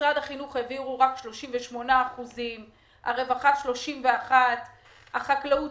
משרד החינוך העבירו רק 38%; הרווחה, 31%; החקלאות,